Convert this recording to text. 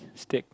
state